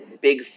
big